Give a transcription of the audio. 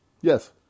Yes